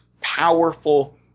powerful